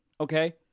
okay